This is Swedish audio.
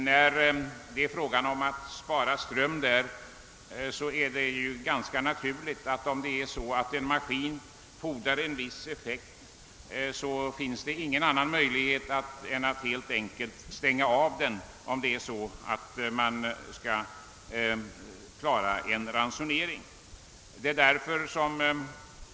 Om en maskin fordrar en viss effekt så finns det — om man skall kunna klara en ransonering — ingen annan möjlighet än att helt enkelt stänga av den.